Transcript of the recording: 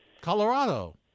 Colorado